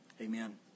Amen